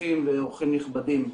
שותפים ואורחים נכבדים.